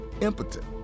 impotent